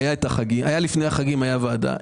לפני החגים התכנסה הוועדה.